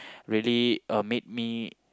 really uh made me